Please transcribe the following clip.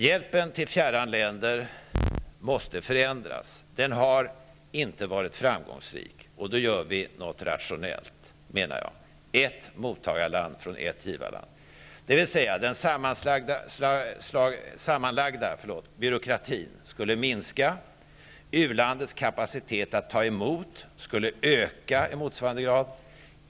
Hjälpen till fjärran länder måste förändras. Den har inte varit framgångsrik, och därför måste man göra någonting rationellt, t.ex. införa principen om ett givarland och ett mottagarland. Den sammanlagda byråkratin skulle då minska, samtidigt som u-landets kapacitet att tillgodogöra sig hjälp skulle öka i motsvarande grad.